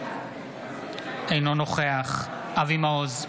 אינו נוכח אבי מעוז,